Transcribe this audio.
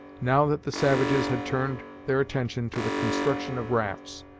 now that the savages had turned their attention to the construction of rafts,